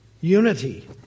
unity